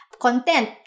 content